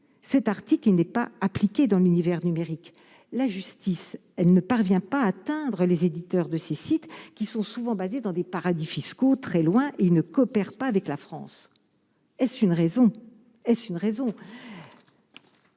cet article n'est pas appliquée dans l'univers numérique, la justice, elle ne parvient pas à atteindre les éditeurs de ces sites qui sont souvent basées dans des paradis fiscaux très loin et il ne coopère pas avec la France est-ce une raison est-ce une raison